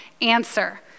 answer